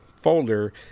folder